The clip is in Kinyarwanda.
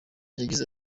yagize